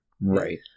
Right